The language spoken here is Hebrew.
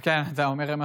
אני חושבת שהבעיה,